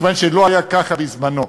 מכיוון שלא היה ככה בזמנו.